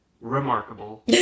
remarkable